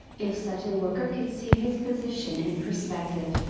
if such a worker could see his position in perspective,